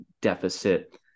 deficit